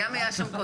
הים היה קודם.